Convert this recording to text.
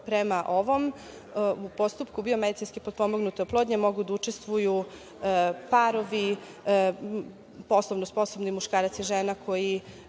prema ovom postupku biomedicinski potpomognute oplodnje mogu da učestvuju parovi poslovno sposobni muškarac i žena koji